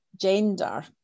gender